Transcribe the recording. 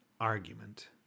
argument